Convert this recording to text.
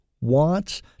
wants